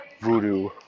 voodoo